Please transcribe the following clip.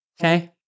Okay